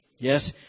Yes